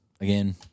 again